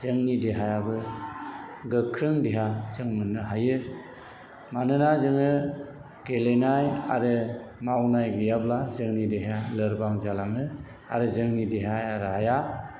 जोंनि देहायाबो गोख्रों देहा जों मोन्नो हायो मानोना जोङो गेलेनाय आरो मावनाय गैयाब्ला जोंनि देहाया लोरबां जालाङो आरो जोंनि देहाया राया